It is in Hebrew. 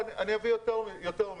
אני אביא יותר מזה.